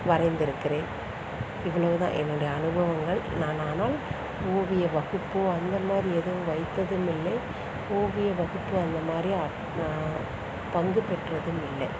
வரைந்திருக்கிறேன் இவ்வளவுதான் என்னோடய அனுபவங்கள் நான் ஆனால் ஓவிய வகுப்பும் அந்த மாதிரி எதுவும் வைத்ததும் இல்லை ஓவிய வகுப்பு அந்த மாதிரி நான் பங்குபெற்றதும் இல்லை